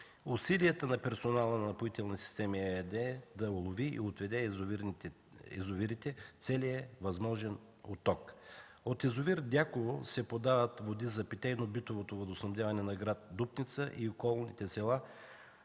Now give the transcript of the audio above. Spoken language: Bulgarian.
Усилията на персонала на „Напоителни системи” ЕАД е да улови и отведе в язовирите целия възможен поток. От язовир „Дяково” се подават води за питейно-битовото водоснабдяване на град Дупница и околните села